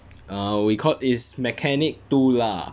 err we call is mechanic two lah